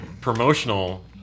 promotional